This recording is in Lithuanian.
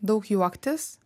daug juoktis